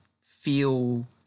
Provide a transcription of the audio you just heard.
feel